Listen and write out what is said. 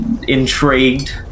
intrigued